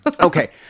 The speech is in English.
Okay